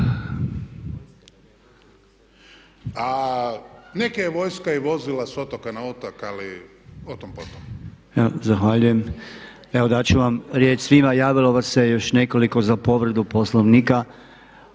A neke je vojska i vozila s otoka na otok, ali o tom potom. **Podolnjak, Robert (MOST)** Zahvaljujem. Evo dat ću vam riječ svima, javilo vas se još nekoliko za povredu Poslovnika.